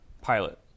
pilot